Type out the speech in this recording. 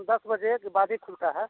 दस बजे के बाद ही खुलता है